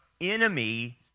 enemy